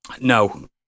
No